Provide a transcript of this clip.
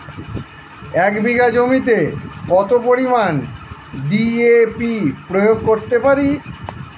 এক বিঘা জমিতে কত পরিমান ডি.এ.পি প্রয়োগ করতে পারি?